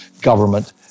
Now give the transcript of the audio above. government